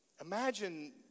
Imagine